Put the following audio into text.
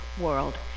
world